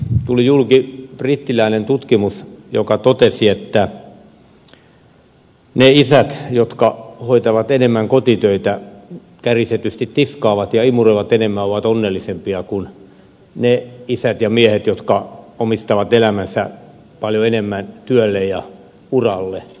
syksyllä tuli julki brittiläinen tutkimus jossa todettiin että ne isät jotka tekevät enemmän kotitöitä kärjistetysti tiskaavat ja imuroivat enemmän ovat onnellisempia kuin ne isät ja miehet jotka omistavat elämänsä paljon enemmän työlle ja uralle